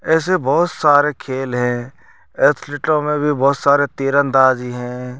ऐसे बहुत सारे खेल हैं एथलीटों में भी बहुत सारे तीरंदाजी हैं